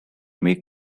make